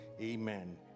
amen